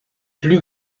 plus